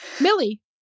Millie